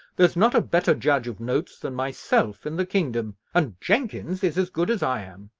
there's not a better judge of notes than myself in the kingdom and jenkins is as good as i am.